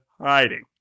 hiding